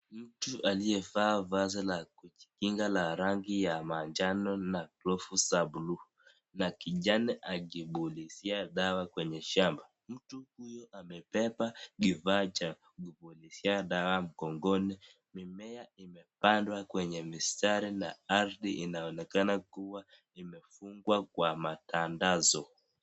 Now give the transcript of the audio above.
Mtu aliyevaa vasi la kujikinga la rangi ya manjano na glovu za buluu na kijani akipulizia dawa kwenye shamba. Mtu huyu amebeba kifaa cha kupulizia dawa mgongoni. Mimea imepandwa kwenye mistari na ardhi inaonekana kuwa imefungwa kwa matandazo.